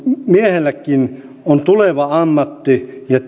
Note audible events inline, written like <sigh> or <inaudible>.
miehelläänkin on tuleva ammatti ja <unintelligible>